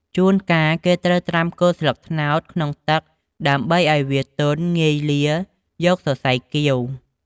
ជួនកាលគេត្រូវត្រាំគល់ស្លឹកត្នោតក្នុងទឹកដើម្បីឲ្យវាទន់ងាយលាយកសរសៃគាវ។